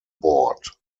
board